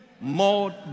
more